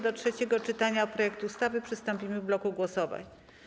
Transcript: Do trzeciego czytania projektu ustawy przystąpimy w bloku głosowań.